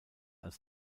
als